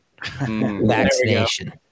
Vaccination